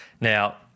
Now